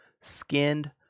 skinned